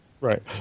Right